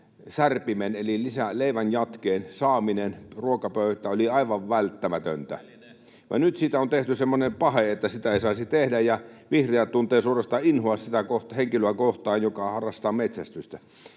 särpimen eli leivänjatkeen saaminen ruokapöytään olivat aivan välttämättömiä. [Petri Huru: Elinehtoja!] Nyt niistä on tehty semmoisia paheita, että niitä ei saisi tehdä, ja vihreät tuntevat suorastaan inhoa sitä henkilöä kohtaan, joka harrastaa metsästystä,